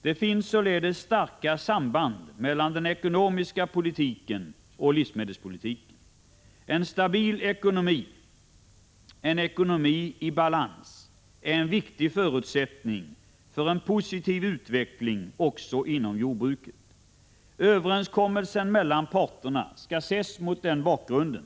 Det finns således starka samband mellan den ekonomiska politiken och livsmedelspolitiken. En stabil ekonomi, en ekonomi i balans, är en viktig förutsättning för en positiv utveckling också inom jordbruket. Överenskommelsen mellan parterna skall ses mot den bakgrunden.